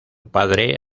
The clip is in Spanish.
padre